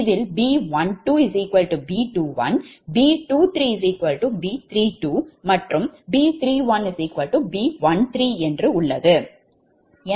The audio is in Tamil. இதில் 𝐵12𝐵21 𝐵23 𝐵32 மற்றும் 𝐵31 𝐵13 என்று உள்ளது